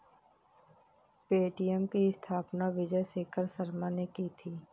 Paytm की स्थापना विजय शेखर शर्मा ने की थी